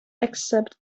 except